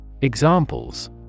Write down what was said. Examples